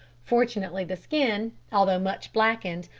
fortunately the skin, although much blackened,